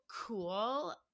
cool